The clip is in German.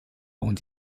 und